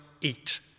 eat